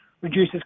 reduces